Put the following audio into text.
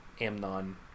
Amnon